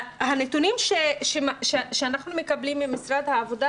הנתונים שאנחנו מקבלים ממשרד העבודה